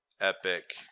epic